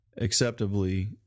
acceptably